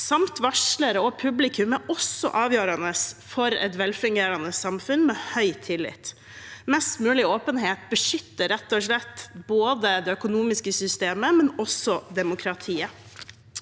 samt varslere og publikum er også avgjørende for et velfungerende samfunn med høy tillit. Mest mulig åpenhet beskytter rett og slett både det økonomiske systemet og demokratiet.